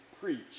preach